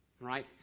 Right